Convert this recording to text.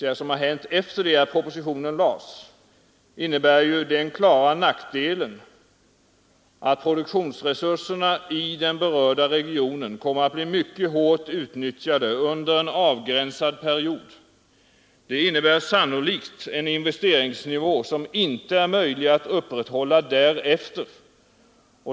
Den förändringen medför för resten den klara nackdelen att produktionsresurserna i den berörda regionen kommer att bli mycket hårt utnyttjade under en avgränsad period. Det innebär sannolikt en investeringsnivå som inte är möjlig att upprätthålla därefter.